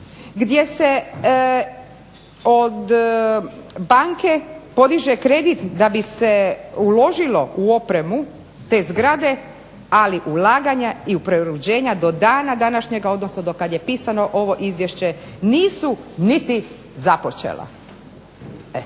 gdje se od banke podiže kredit gdje bi se uložilo u opremu te zgrade, ali ulaganja i preuređenja do dana današnjega odnosno do kada je pisano ovo Izvješće nisu niti započela.